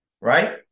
Right